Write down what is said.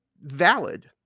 valid